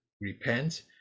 repent